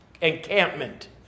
encampment